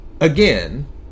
Again